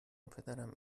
پدرم